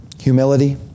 humility